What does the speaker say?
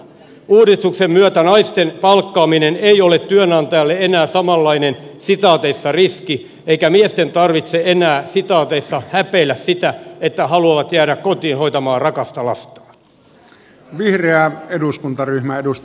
uudistuksen myötä naisten palkkaaminen ei ole työnantajalle enää samanlainen riski eikä miesten tarvitse enää häpeillä sitä että haluavat jäädä kotiin hoitamaan rakasta lastaan